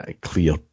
Clear